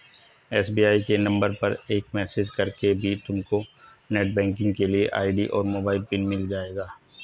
SBI के number पर message करके भी तुमको नेटबैंकिंग के लिए आई.डी और मोबाइल पिन मिल जाएगा